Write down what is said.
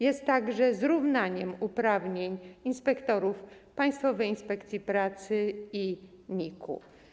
Jest także zrównaniem uprawnień inspektorów Państwowej Inspekcji Pracy i NIK-u.